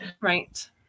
right